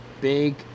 big